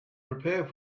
prepare